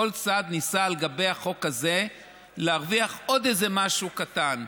כל צד ניסה על גבי החוק הזה להרוויח עוד איזה משהו קטן.